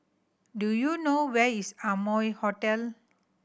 do you know where is Amoy Hotel